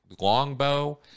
longbow